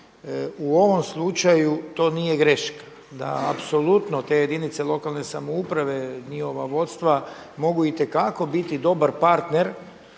u ovom slučaju to nije greška, da apsolutno te jedinice lokalne samouprave njihova vodstva mogu itekako biti dobar partner